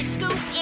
Scoop